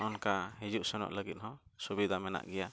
ᱚᱱᱠᱟ ᱦᱤᱡᱩᱜᱼᱥᱮᱱᱚᱜ ᱞᱟᱹᱜᱤᱫ ᱦᱚᱸ ᱥᱩᱵᱤᱫᱷᱟ ᱢᱮᱱᱟᱜ ᱜᱮᱭᱟ